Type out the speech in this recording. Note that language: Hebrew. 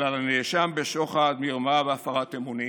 אלא לנאשם בשוחד, מרמה והפרת אמונים,